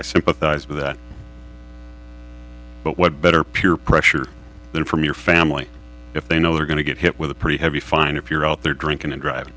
i sympathize with that but what better peer pressure than from your family if they know they're going to get hit with a pretty heavy fine if you're out there drinking and driving